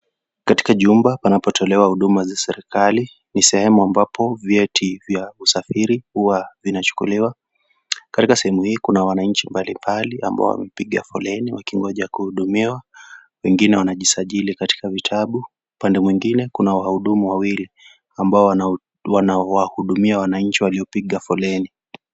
Katika jumba panapotolewa huduma za serikali. Ni sehemu ambapo vyeti vya usafiri huwa vinachukukiwa. Katika sehemu hii kuna wananchi mbali mbali ambao wamepiga foleni wakingoja kuhudumiwa wengine wanajisajili katika vitabu. Upande mwingine kuna wahudumu wawili ambao wanahudumia wananchi waliopiga foleni.